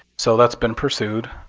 so that's been pursued.